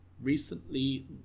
Recently